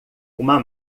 uma